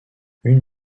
une